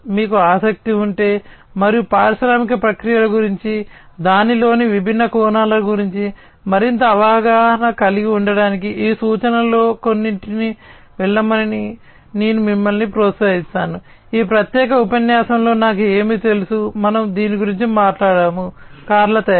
మీకు ఆసక్తి ఉంటే మరియు పారిశ్రామిక ప్రక్రియల గురించి దానిలోని విభిన్న కోణాల గురించి మరింత అవగాహన కలిగి ఉండటానికి ఈ సూచనలలో కొన్నింటిని వెళ్ళమని నేను మిమ్మల్ని ప్రోత్సహిస్తాను ఈ ప్రత్యేక ఉపన్యాసంలో నాకు ఏమి తెలుసు మనము దీని గురించి మాట్లాడాము కార్ల తయారీ